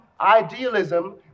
idealism